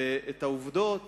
את העובדות